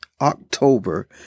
October